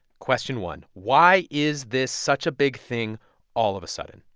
question one why is this such a big thing all of a sudden?